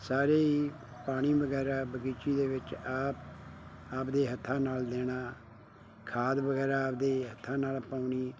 ਸਾਰੇ ਹੀ ਪਾਣੀ ਵਗੈਰਾ ਬਗੀਚੀ ਦੇ ਵਿੱਚ ਆਪ ਆਪਦੇ ਹੱਥਾਂ ਨਾਲ ਦੇਣਾ ਖਾਦ ਵਗੈਰਾ ਆਪਦੇ ਹੱਥਾਂ ਨਾਲ ਪਾਉਣੀ